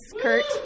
Kurt